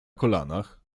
kolanach